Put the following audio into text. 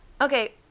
okay